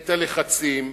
את הלחצים,